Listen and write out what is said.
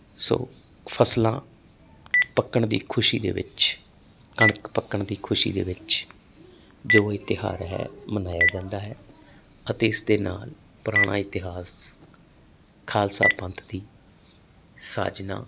ਸੋ ਫਸਲਾਂ ਪੱਕਣ ਦੀ ਖੁਸ਼ੀ ਦੇ ਵਿੱਚ ਕਣਕ ਪੱਕਣ ਦੀ ਖੁਸ਼ੀ ਦੇ ਵਿੱਚ ਜੋ ਇਹ ਤਿਹਾਰ ਹੈ ਮਨਾਇਆ ਜਾਂਦਾ ਹੈ ਅਤੇ ਇਸ ਦੇ ਨਾਲ ਪੁਰਾਣਾ ਇਤਿਹਾਸ ਖਾਲਸਾ ਪੰਥ ਦੀ ਸਾਜਨਾ